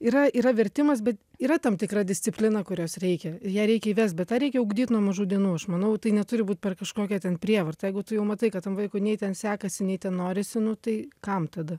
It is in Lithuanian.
yra yra vertimas bet yra tam tikra disciplina kurios reikia ją reikia įvest bet tą reikia ugdyt nuo mažų dienų aš manau tai neturi būt per kažkokią ten prievartą jeigu tu jau matai kad tam vaikui nei ten sekasi nei ten norisi nu tai kam tada